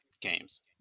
games